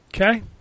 Okay